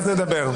בשמחה.